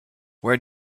where